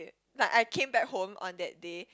like I came back home on that day